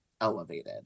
elevated